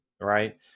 Right